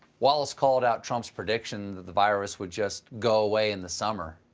wallace called out trump's prediction that the virus would just go away in the summer.